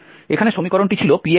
এখানে সমীকরণটি ছিল Px Nxb